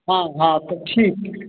हाँ हाँ तो ठीक